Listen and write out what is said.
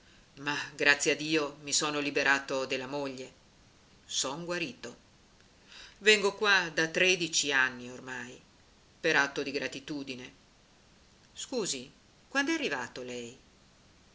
ma grazie a dio mi sono liberato della moglie son guarito vengo qua da tredici anni ormai per atto di gratitudine scusi quand'è arrivato lei